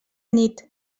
nit